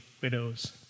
widows